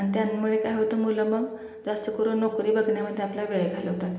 आणि त्यामुळे काय होतं मुलं मग जास्त करून नोकरी बघण्यामध्ये आपला वेळ घालवतात